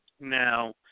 Now